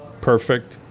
Perfect